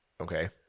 okay